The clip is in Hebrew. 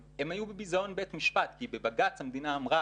הם היו בביזיון בית משפט כי בבג"ץ המדינה אמרה,